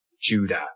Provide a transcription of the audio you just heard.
Judah